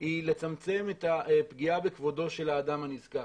היא לצמצם את הפגיעה בכבודו של האדם הנזקק.